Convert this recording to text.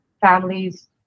families